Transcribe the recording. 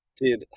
dude